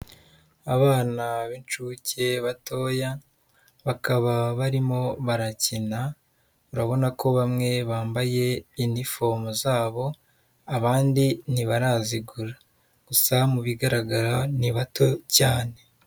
Abana b'inshuke batoya bakaba barimo barakina, urabona ko bamwe bambaye inifomo zabo, abandi ntibarazigura gusa mu bigaragara ni bato cyane.